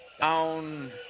down